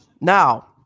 now